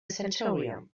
centurion